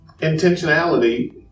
intentionality